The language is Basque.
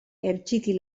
hertsiki